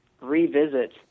revisit